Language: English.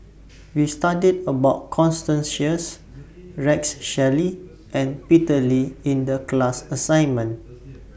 We studied about Constance Sheares Rex Shelley and Peter Lee in The class assignment